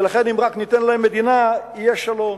ולכן, אם רק ניתן להם מדינה, יהיה שלום.